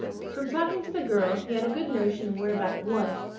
from talking to the girl he had a good notion of where about it was,